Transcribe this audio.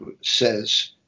says